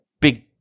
big